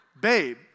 Babe